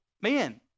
man